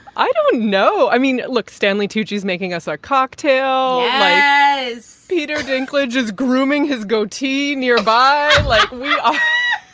i don't know. i mean, look, stanley tucci is making us our cocktail ah is peter dinklage is grooming his goatee nearby like we are.